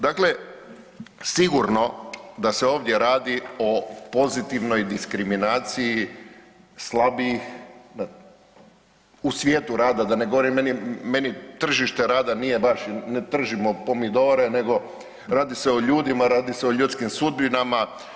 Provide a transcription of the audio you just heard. Dakle, sigurno da se ovdje radi o pozitivnoj diskriminaciji slabijih u svijetu rada da ne govorim, meni tržište rada nije baš, ne tržimo pomidore nego radi se o ljudima, radi se o ljudskim sudbinama.